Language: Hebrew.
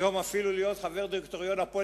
היום אפילו להיות חבר דירקטוריון "הפועל